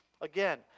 again